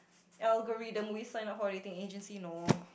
algorithm would you sign up for a dating agency no